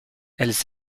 elles